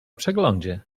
przeglądzie